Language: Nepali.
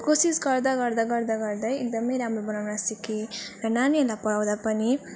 कोसिस गर्दा गर्दा गर्दा गर्दै एकदमै राम्रो बनाउन सिकेँ र नानीहरूलाई पढाउँदा पनि